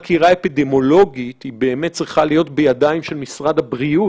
בשיטה הקודמת היו אנשים נכנסים לבידוד ליומיים-שלושה,